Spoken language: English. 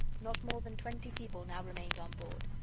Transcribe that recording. not more than twenty people now remained on board.